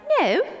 no